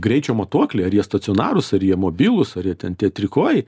greičio matuokliai ar jie stacionarūs ar jie mobilūs ar jie ten tie trikojai